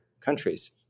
countries